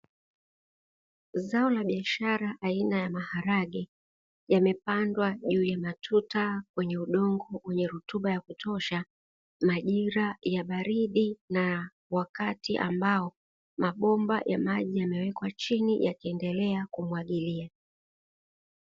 Zao la biashara aina ya maharage limepandwa kwenye matuta, kwenye udongo wenye rutuba ya kutosha. Majira ya baridi na wakati ambao, mabomba ya maji yamewekwa chini yakiendelea kumwagilia.